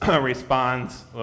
responds